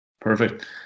Perfect